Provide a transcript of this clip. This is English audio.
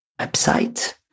website